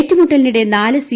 ഏറ്റുമുട്ടലിനിടെ നാല് സി